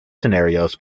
scenarios